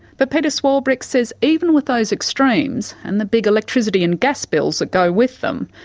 but peta swarbrick says even with those extremes and the big electricity and gas bills that go with them,